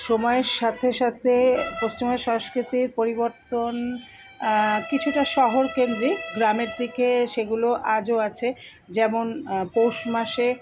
সময়ের সাথে সাথে পশ্চিমবঙ্গের সংস্কৃতির পরিবর্তন কিছুটা শহরকেন্দ্রিক গ্রামের দিকে সেগুলো আজও আছে যেমন পৌষ মাসে